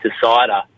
decider